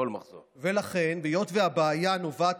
ונגדה,